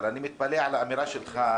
אבל אני מתפלא על האמירה שלך,